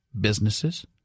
businesses